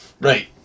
Right